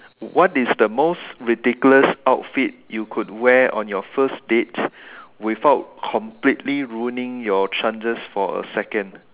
what is the most ridiculous outfit you could wear on your first date without completely ruining your chances for a second